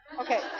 Okay